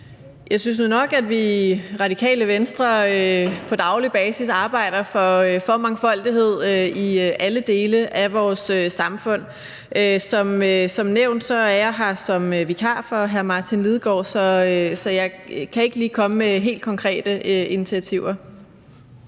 Jeg synes jo nok, at vi i Radikale Venstre på daglig basis arbejder for mangfoldighed i alle dele af vores samfund. Som nævnt er jeg her som vikar for hr. Martin Lidegaard, så jeg kan ikke lige komme med helt konkrete initiativer.